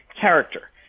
character